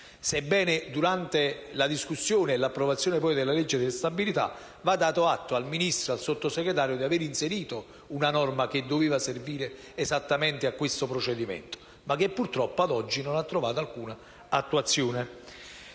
sebbene durante la discussione e l'approvazione della legge di stabilità va dato atto al Ministro e al Sottosegretario di aver inserito una norma che doveva servire esattamente a questo procedimento, ma che purtroppo ad oggi non ha trovato alcuna attuazione.